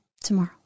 tomorrow